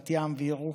בת ים וירוחם.